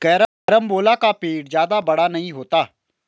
carambola का पेड़ जादा बड़ा नहीं होता